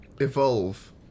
Evolve